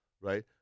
Right